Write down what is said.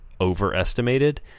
overestimated